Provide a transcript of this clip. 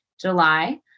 July